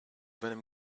venom